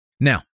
Now